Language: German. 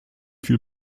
viel